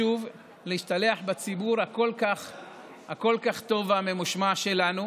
שוב להשתלח בציבור הכל-כך טוב והממושמע שלנו.